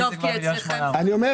לכן